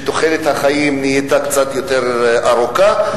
תוחלת החיים נהייתה קצת יותר ארוכה.